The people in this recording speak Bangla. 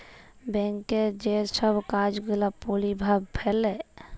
ব্যাংকের যে ছব কাজ গুলা পরভাব ফেলে